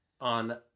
on